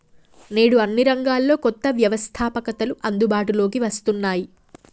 నేడు అన్ని రంగాల్లో కొత్త వ్యవస్తాపకతలు అందుబాటులోకి వస్తున్నాయి